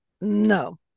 No